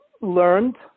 learned